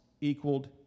equaled